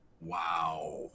Wow